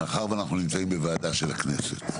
מאחר ואנחנו נמצאים בוועדה של הכנסת,